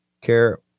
care